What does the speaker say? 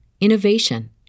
innovation